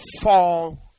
fall